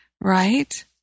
right